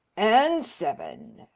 and seven.